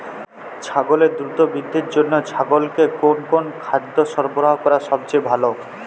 ছাগলের দ্রুত বৃদ্ধির জন্য ছাগলকে কোন কোন খাদ্য সরবরাহ করা সবচেয়ে ভালো?